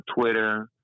twitter